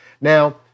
Now